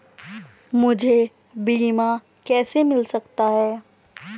मुझे बीमा कैसे मिल सकता है?